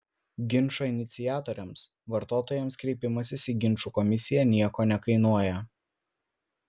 ginčo iniciatoriams vartotojams kreipimasis į ginčų komisiją nieko nekainuoja